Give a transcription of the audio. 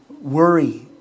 worry